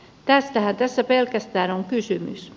tästähän tässä pelkästään on kysymys